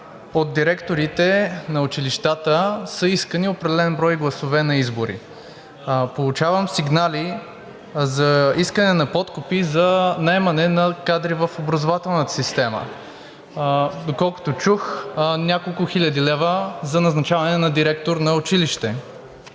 от директорите на училищата са искани определен брой гласове на избори. Получавам сигнали за искане на подкупи за наемане на кадри в образователната система, доколкото чух няколко хиляди лева за назначаване на директор на училище.